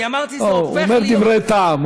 אני אמרתי: זה הופך להיות, לא, הוא אומר דברי טעם.